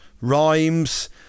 rhymes